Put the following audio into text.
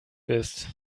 bist